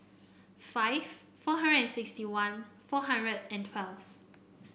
five four hundred and sixty one four hundred and twelfth